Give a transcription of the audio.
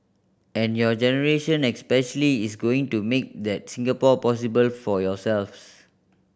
and your generation especially is going to make that Singapore possible for yourselves